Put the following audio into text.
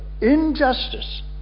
injustice